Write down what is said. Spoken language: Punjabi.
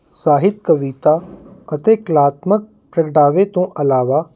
ਸਾਹਿਤ ਕਵਿਤਾ ਅਤੇ ਕਲਾਤਮਕ ਪ੍ਰਗਟਾਵੇ ਤੋਂ ਇਲਾਵਾ